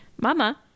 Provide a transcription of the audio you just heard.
mama